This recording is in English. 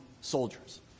soldiers